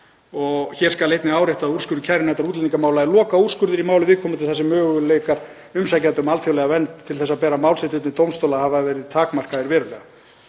Hér skal einnig áréttað að úrskurður kærunefndar útlendingamála er lokaúrskurður í máli viðkomandi þar sem möguleikar umsækjenda um alþjóðlega vernd til þess að bera mál sitt undir dómstóla hafa verið takmarkaðir verulega,